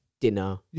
Dinner